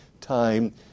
time